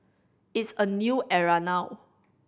it's a new era now